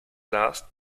last